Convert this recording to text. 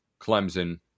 Clemson